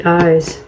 eyes